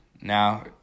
Now